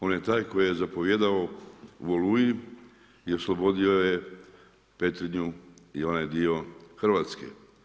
On je taj koji je zapovijedao u Oluji i oslobodio je Petrinju i onaj dio Hrvatske.